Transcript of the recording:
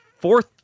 fourth